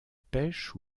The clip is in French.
pêche